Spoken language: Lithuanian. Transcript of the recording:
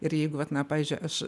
ir jeigu vat na pavyzdžiui aš